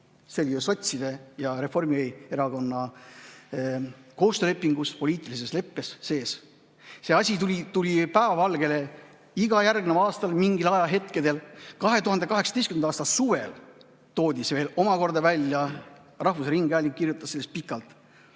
ju sotside ja Reformierakonna koostöölepingus, poliitilises leppes sees. See asi tuli igal järgneval aastal mingil ajahetkel päevavalgele. 2018. aasta suvel toodi see veel omakorda välja. Rahvusringhääling kirjutas sellest pikalt.